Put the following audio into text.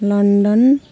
London